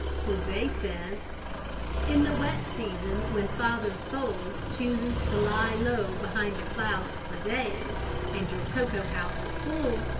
jose says in the wet season when father sol chooses to lie low behind the clouds for days and your cocoa house is full,